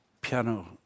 piano